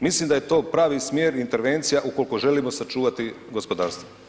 Mislim da je to pravi smjer intervencija ukoliko želimo sačuvati gospodarstvo.